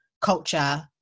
culture